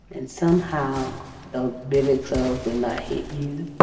and somehow those billy clubs would not hit you.